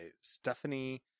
Stephanie